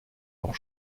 leurs